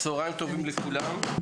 צוהריים טובים לכולם,